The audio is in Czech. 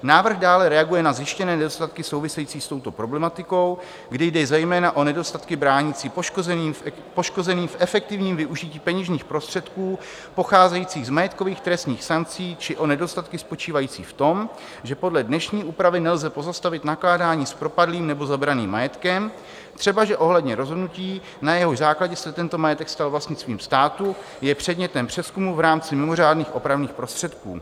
Návrh dále reaguje na zjištěné nedostatky související s touto problematikou, kdy jde zejména o nedostatky bránící poškozeným v efektivním využití peněžních prostředků pocházejících z majetkových trestních sankcí či o nedostatky spočívající v tom, že podle dnešní úpravy nelze pozastavit nakládání s propadlým nebo zabraným majetkem, třebaže ohledně rozhodnutí, na jehož základě se tento majetek stal vlastnictvím státu, je předmětem přezkumu v rámci mimořádných opravných prostředků.